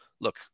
look